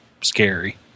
scary